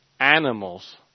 animals